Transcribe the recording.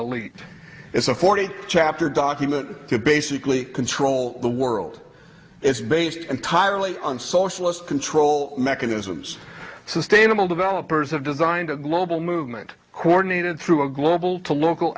elite it's a forty chapter document to basically control the world it's based entirely on socialist control mechanisms sustainable developers have designed a global movement coordinated through a global to local